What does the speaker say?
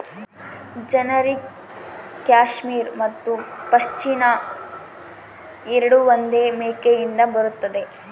generic cashmere ಮತ್ತು ಪಶ್ಮಿನಾ ಎರಡೂ ಒಂದೇ ಮೇಕೆಯಿಂದ ಬರುತ್ತದೆ